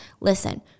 listen